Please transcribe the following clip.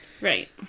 Right